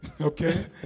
Okay